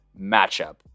matchup